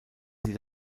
sie